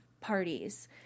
parties